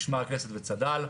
משמר הכנסת וצד"ל.